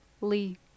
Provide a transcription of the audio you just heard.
Lee